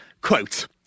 quote